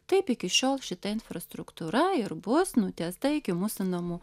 taip iki šiol šita infrastruktūra ir bus nutiesta iki mūsų namų